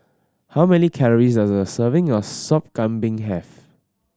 how many calories does a serving of Sop Kambing have